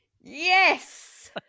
Yes